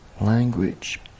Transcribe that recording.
language